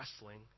wrestling